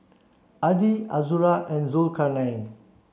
Adi Azura and Zulkarnain